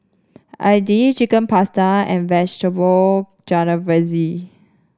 Idili Chicken Pasta and Vegetable Jalfrezi